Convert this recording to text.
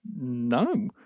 no